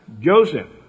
Joseph